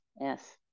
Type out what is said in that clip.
yes